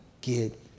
get